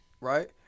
right